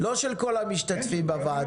לא של כל המשתתפים בוועדה?